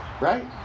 Right